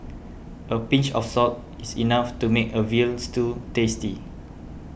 a pinch of salt is enough to make a Veal Stew tasty